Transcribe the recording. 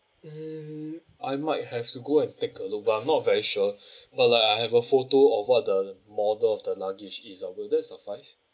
mm I might have to go and take a look but I'm not very sure but like I have a photo of what the model of the luggage is ah will that suffice